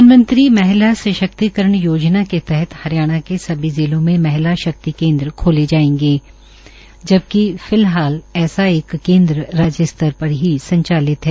प्रधानमंत्री महिला सशक्तिकरण योजना के तहत हरियाणा के सभी जिलों में महिला शक्ति केन्द्र खोले जाएंगे जबकि फिलहाल ऐसा एक केन्द्र राज्य स्तर पर ही संचालित है